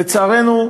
לצערנו,